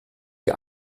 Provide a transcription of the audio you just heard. wie